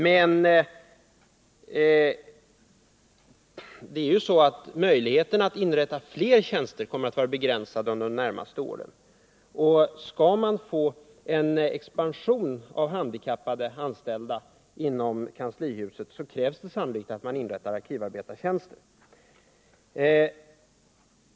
Men möjligheterna att inrätta fler tjänster kommer ju att vara begränsade under de närmaste åren, och skall man kunna anställa fler handikappade i kanslihuset, krävs det sannolikt att man inrättar arkivarbetartjänster.